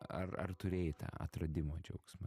ar ar turėjai tą atradimo džiaugsmą